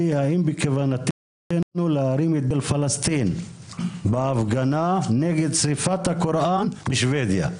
האם בכוונתנו להרים דגל פלסטין בהפגנה נגד שריפת הקוראן בשבדיה?